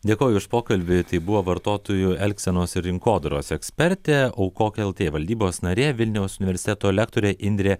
dėkoju už pokalbį tai buvo vartotojų elgsenos ir rinkodaros ekspertė aukok lt valdybos narė vilniaus universiteto lektorė indrė